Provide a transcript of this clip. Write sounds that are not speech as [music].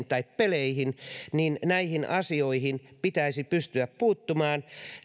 [unintelligible] tai peleihin niin näihin asioihin pitäisi pystyä puuttumaan